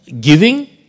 giving